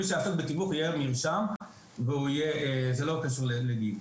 מי שיעסוק בתיווך יהיה רשום וזה ללא קשר לגיל.